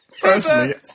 Personally